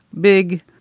big